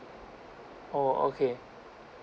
oh okay